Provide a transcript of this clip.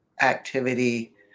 activity